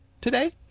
today